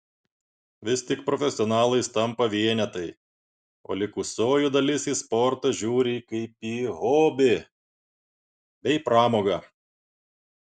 vis tik profesionalais tampa vienetai o likusioji dalis į sportą žiūri kaip į hobį bei pramogą